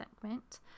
segment